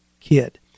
kid